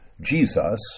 Jesus